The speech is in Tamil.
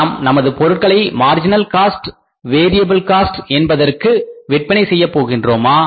நாம் நமது பொருட்களை மார்ஜினல் காஸ்ட் வேரியபில் காஸ்ட் என்பதற்கு விற்பனை செய்யப் போகிறோமா